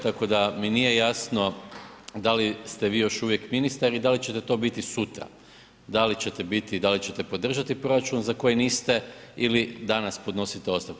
Tako da mi nije jasno da li ste vi još uvijek ministar i da li ćete to biti sutra, da li ćete biti, da li ćete podržati proračun za koji niste ili danas podnosite ostavku.